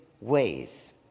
ways